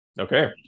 Okay